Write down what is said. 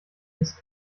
heißt